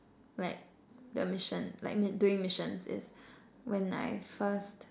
like the mission like doing missions is when I first